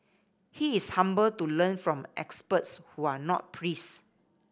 he is humble to learn from experts who are not priests